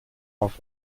auf